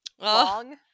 long